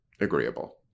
agreeable